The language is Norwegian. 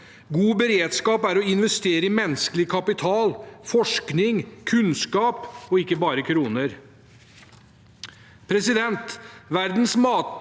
God beredskap er å investere i menneskelig kapital, forskning og kunnskap – og ikke bare i kroner.